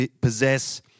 possess